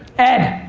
ed.